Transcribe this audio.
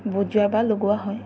বজোৱা বা লগোৱা হয়